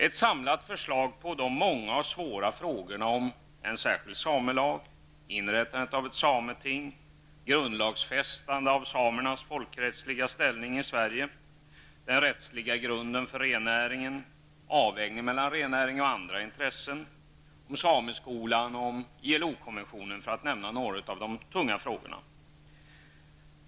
Ett samlat förslag på de många och svåra frågorna: för att nämna några av de tunga frågorna.